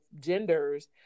genders